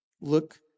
Look